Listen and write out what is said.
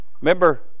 Remember